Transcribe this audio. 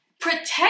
protect